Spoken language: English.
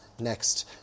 next